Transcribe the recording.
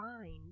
find